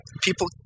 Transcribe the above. people